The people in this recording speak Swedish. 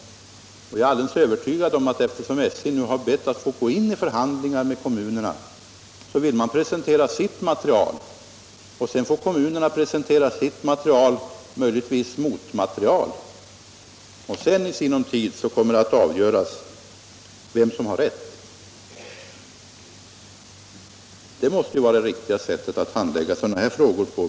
Jag är övertygad om att SJ, eftersom SJ nu har bett att få gå in i förhandlingar med kommunerna, vill presentera sitt material. Sedan får kommunerna presentera sitt material — eller möjligtvis sitt motmaterial — varvid det i sinom tid kommer att avgöras vem som har rätt. Detta måste vara det riktiga sättet att handlägga sådana frågor.